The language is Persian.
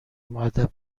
مودب